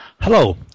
Hello